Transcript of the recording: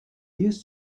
used